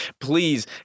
please